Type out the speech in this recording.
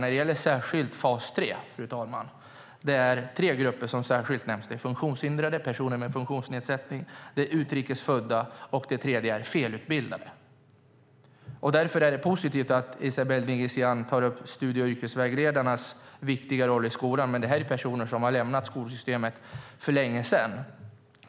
När det gäller fas 3 är det tre grupper som särskilt nämns. Det är personer med funktionsnedsättning, utrikes födda och felutbildade. Det är positivt att Esabelle Dingizian tar upp studie och yrkesvägledarnas viktiga roll i skolan. Men detta är personer som har lämnat skolsystemet för länge sedan.